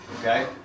Okay